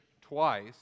twice